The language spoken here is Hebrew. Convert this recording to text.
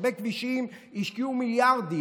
בהרבה כבישים השקיעו מיליארדים.